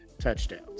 touchdowns